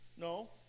no